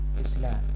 Islam